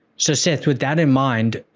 so, seth, with that in mind,